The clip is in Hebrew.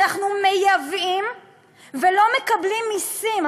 אנחנו מייבאים ולא מקבלים מסים,